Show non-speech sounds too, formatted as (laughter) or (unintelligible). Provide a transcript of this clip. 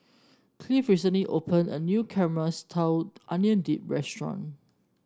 Cleave recently opened a new Caramelized (unintelligible) Onion Dip restaurant